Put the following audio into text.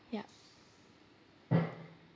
yup